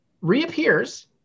reappears